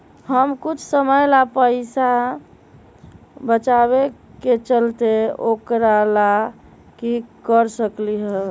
हम कुछ समय ला पैसा बचाबे के चाहईले ओकरा ला की कर सकली ह?